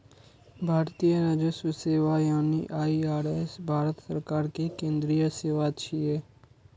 भारतीय राजस्व सेवा यानी आई.आर.एस भारत सरकार के केंद्रीय सेवा छियै